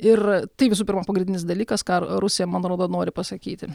ir tai visų pirma pagrindinis dalykas ką rusija man rodos nori pasakyti